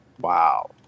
Wow